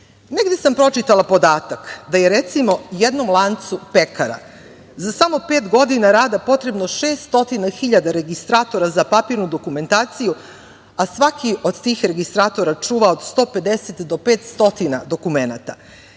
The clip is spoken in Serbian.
sam pročitala podatak da je recimo jednom lancu pekara, za samo pet godina rada, potrebno 600 hiljada registratora za papirnu dokumentaciju, a svaki do tih registratora čuva od 150 do 500 dokumenata. To